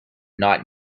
not